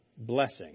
Blessing